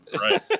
Right